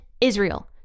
Israel